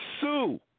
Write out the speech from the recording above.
sue